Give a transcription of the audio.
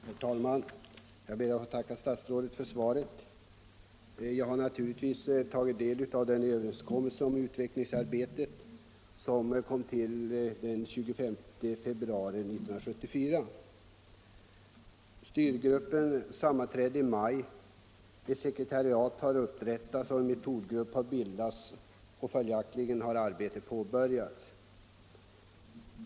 Herr talman! Jag ber att få tacka statsrådet för svaret. Jag har naturligtvis tagit del av den överenskommelse om utvecklingsarbete som träffades den 25 februari 1974. Styrgruppen sammanträdde i maj, dess sekretariat har upprättats och en metodgrupp har bildats; följaktligen har arbetet påbörjats.